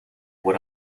what